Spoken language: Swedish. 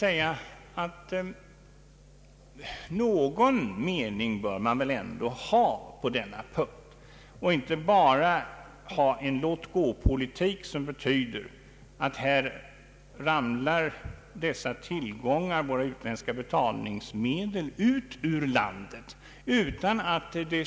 Jag vill framhålla att man väl ändå bör ha någon mening på denna punkt och inte bara bedriva en låtgåpolitik, som betyder att våra utländska betalningsmedel ramlar ut ur landet utan att Ang.